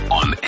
on